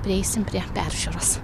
prieisim prie peržiūros